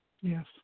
Yes